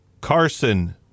Carson